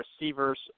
receivers